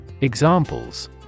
Examples